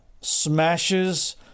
Smashes